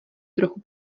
trochu